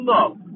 Love